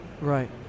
Right